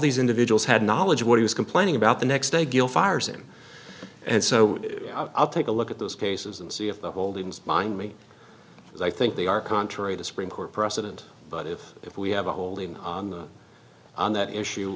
these individuals had knowledge of what he was complaining about the next day gill fires him and so i'll take a look at those cases and see if the holdings mind me as i think they are contrary to supreme court precedent but if if we have a holding on that issue